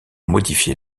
modifier